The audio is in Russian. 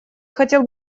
хотел